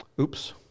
oops